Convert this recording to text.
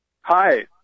Hi